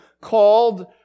called